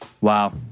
Wow